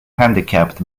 handicapped